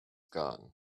gone